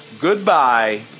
Goodbye